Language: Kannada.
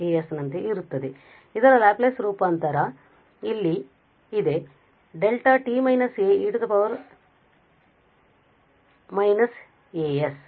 ಆದ್ದರಿಂದ ಇದರ ಲ್ಯಾಪ್ಲೇಸ್ ರೂಪಾಂತರ ಇಲ್ಲಿದೆ δt − a e −as